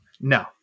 No